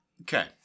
Okay